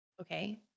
okay